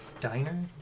diner